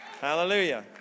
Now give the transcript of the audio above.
Hallelujah